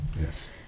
Yes